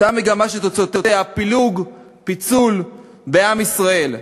אותה מגמה שתוצאותיה פילוג, פיצול בעם ישראל,